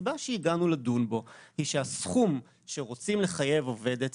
הסיבה שהגענו לדון בו היא שהסכום שרוצים לחייב עובדת,